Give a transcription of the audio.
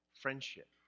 friendship